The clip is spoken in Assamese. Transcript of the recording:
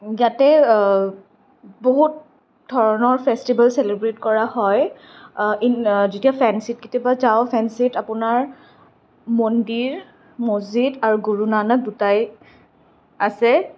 ইয়াতে বহুত ধৰণৰ ফেষ্টিভেল চেলিব্ৰেট কৰা হয় ইন যেতিয়া ফেন্সীত কেতিয়াবা যাওঁ ফেন্সীত আপোনাৰ মন্দিৰ মছজিদ আৰু গুৰুনানক দুটাই আছে